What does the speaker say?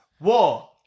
War